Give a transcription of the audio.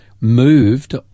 moved